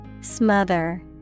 Smother